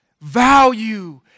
Value